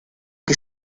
que